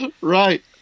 Right